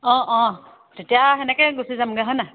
অঁ অঁ তেতিয়া সেনেকে গুচি যামগে হয়নে